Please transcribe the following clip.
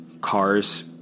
cars